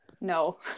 No